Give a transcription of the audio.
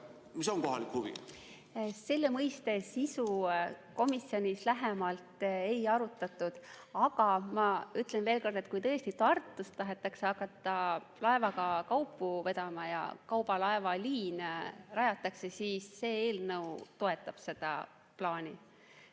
Mis on kohalik huvi? Selle mõiste sisu komisjonis lähemalt ei arutatud. Aga ma ütlen veel kord, et kui tõesti Tartust tahetakse hakata laevaga kaupu vedama ja kaubalaevaliine rajatakse, siis see eelnõu toetab seda plaani,